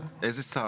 איזה שר?